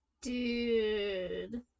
Dude